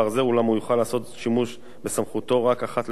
אולם הוא יוכל לעשות שימוש בסמכותו רק אחת לשנה,